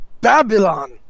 Babylon